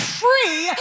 free